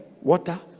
water